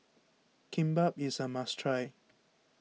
Kimbap is a must try